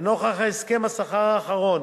לנוכח הסכם השכר האחרון